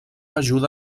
ajuda